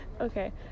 Okay